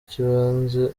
cy’ibanze